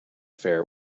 fare